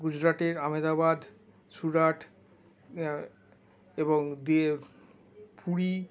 গুজরাটের আহমেদাবাদ সুরাট এবং দিয়ে পুরী